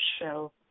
show